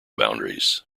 boundaries